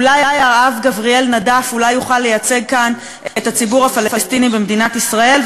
אולי האב גבריאל נדאף יוכל לייצג כאן את הציבור הפלסטיני במדינת ישראל,